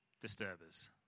disturbers